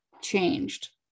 changed